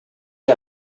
que